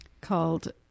called